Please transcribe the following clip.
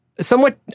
Somewhat